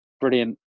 brilliant